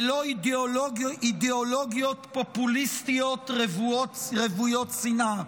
ולא אידיאולוגיות פופוליסטיות רוויות שנאה.